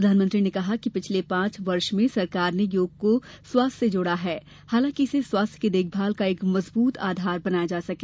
प्रधानमंत्री ने कहा है कि पिछले पांच वर्ष में सरकार ने योग को स्वास्थ से जोड़ा है ताकि इसे स्वास्थ की देखभाल का एक मजबूत आधार बनाया जा सके